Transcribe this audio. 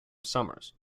summers